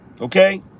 Okay